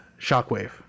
shockwave